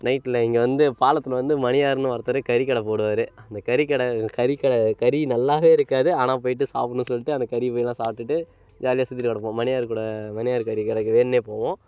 நைட்டில் இங்கே வந்து பாலத்தில் வந்து மணியாறுன்னு ஒருத்தர் கறிக்கடை போடுவார் அந்த கறிக்கடை கறிக்கடை கறி நல்லாவே இருக்காது ஆனால் போய்விட்டு சாப்பிட்ணுன்னு சொல்லிட்டு அந்த கறியை போய் எல்லாம் சாப்பிட்டுட்டு ஜாலியாக சுற்றிட்டு கிடப்போம் மணியாறு கூட மணியாறு கறிக்கடைக்கு வேணும்னே போவோம்